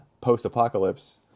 post-apocalypse